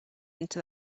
into